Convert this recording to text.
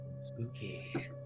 Spooky